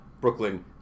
Brooklyn